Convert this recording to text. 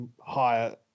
higher